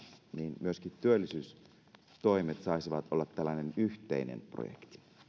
niin myöskin työllisyystoimet saisivat olla tällainen yhteinen projekti